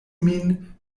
min